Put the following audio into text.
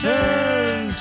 Turn